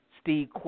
Steve